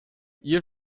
ihr